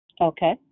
Okay